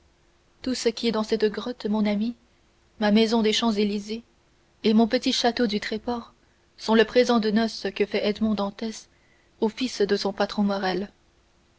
tout ce qui est dans cette grotte mon ami ma maison des champs-élysées et mon petit château du tréport sont le présent de noces que fait edmond dantès au fils de son patron morrel